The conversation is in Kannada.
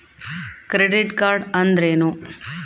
ಕ್ರೆಡಿಟ್ ಕಾರ್ಡ್ ಅಂದ್ರೇನು?